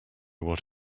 what